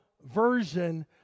version